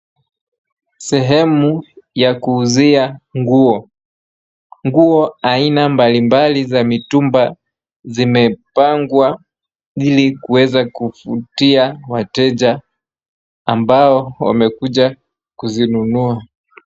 Sehemu ya kuuzia nguo. Nguo aina mbalimbali za mitumba zimepangwa ili kuweza kuvutia wateja ambao wamekuja kuzinunua.